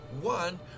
One